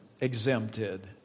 exempted